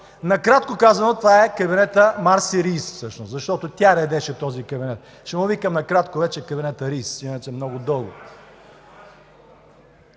Накратко казано това е кабинет „Марси Рийс”. Защото тя редеше този кабинет. Ще го наричам накратко вече „кабинетът Рийс“ иначе е много дълго.